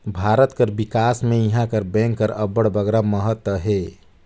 भारत कर बिकास में इहां कर बेंक कर अब्बड़ बगरा महत अहे